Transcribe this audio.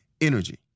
energy